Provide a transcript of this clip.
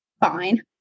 fine